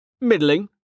Middling